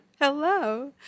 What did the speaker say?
Hello